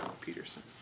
Peterson